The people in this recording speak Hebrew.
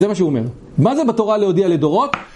זה מה שהוא אומר, מה זה בתורה להודיע לדורות?